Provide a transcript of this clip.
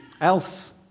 else